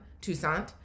Toussaint